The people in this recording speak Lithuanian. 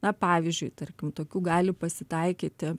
na pavyzdžiui tarkim tokių gali pasitaikyti